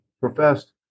professed